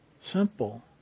Simple